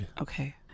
Okay